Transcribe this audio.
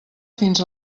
fins